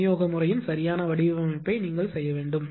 விநியோக முறையின் சரியான வடிவமைப்பை நீங்கள் செய்ய வேண்டும்